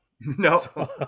No